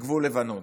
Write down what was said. בגבול לבנון.